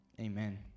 Amen